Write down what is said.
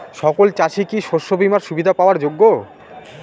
সকল চাষি কি শস্য বিমার সুবিধা পাওয়ার যোগ্য?